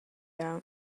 out